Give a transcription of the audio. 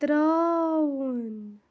ترٛاوُن